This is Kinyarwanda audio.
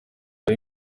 ari